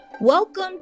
Welcome